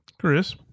Chris